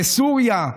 בסוריה,